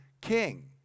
king